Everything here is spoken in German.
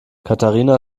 katharina